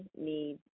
need